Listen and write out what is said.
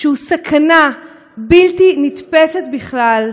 שהוא סכנה בלתי נתפסת בכלל,